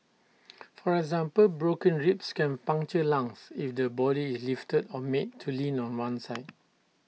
for example broken ribs can puncture lungs if the body is lifted or made to lean on one side